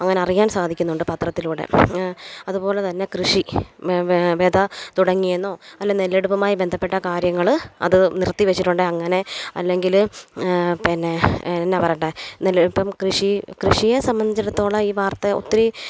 അങ്ങനറിയാൻ സാധിക്കുന്നുണ്ട് പത്രത്തിലൂടെ അതുപോലെ തന്നെ കൃഷി വെ വെ വിത തുടങ്ങിയെന്നോ അല്ലേ നെല്ലെടുപ്പുമായി ബന്ധപ്പെട്ട കാര്യങ്ങൾ അത് നിർത്തി വെച്ചിട്ടുണ്ടെങ്കിൽ അങ്ങനെ അല്ലെങ്കിൽ പിന്നെ എന്നാണ് പറയേണ്ടത് നെല്ലിപ്പം കൃഷി കൃഷിയെ സംബന്ധിച്ചെടുത്തോളം ഈ വാർത്ത ഒത്തിരി